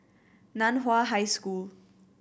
Nan Hua High School